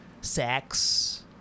sex